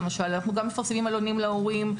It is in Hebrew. אנחנו מפרסמים עלונים להורים,